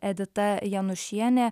edita janušienė